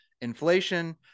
inflation